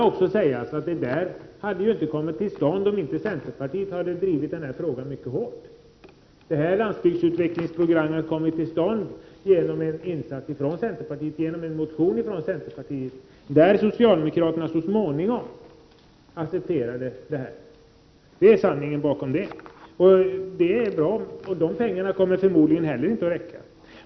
Men detta anslag hade inte kommit till stånd om inte centerpartiet mycket hårt hade drivit den frågan. Landsbygdsutvecklingsprogrammet kom till stånd efter en motion från centerpartiet, som socialdemokraterna så småningom accepterade. Det är sanningen. Pengarna kommer dock knappast att räcka.